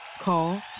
Call